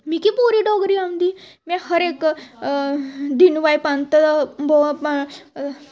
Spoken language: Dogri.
मिगी पूरी डोगरी औंदी में हर इक दीनू भाई पंत